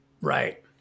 right